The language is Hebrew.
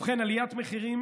ובכן, עליית מחירים